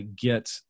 get